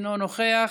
אינו נוכח,